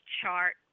chart